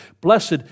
Blessed